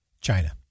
China